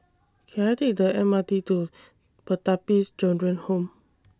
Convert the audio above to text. Can I Take The M R T to Pertapis Children Home